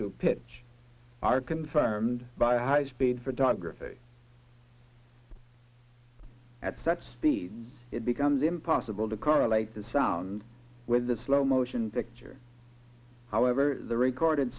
to pitch are confirmed by high speed photography at such speed it becomes impossible to correlate the sound with the slow motion picture however the recorded